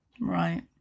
Right